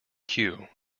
queue